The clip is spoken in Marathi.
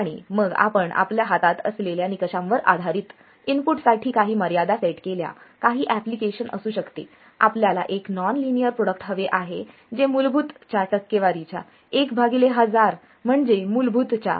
आणि मग आपण आपल्या हातात असलेल्या निकषांवर आधारित इनपुटसाठी काही मर्यादा सेट केल्या काही एपलिकेशन असू शकते आपल्याला एक नॉन लिनियर प्रोडक्ट हवे आहे जे मूलभूत च्या टक्केवारीच्या एक भागिले हजार म्हणजे मूलभूत च्या 0